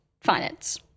finance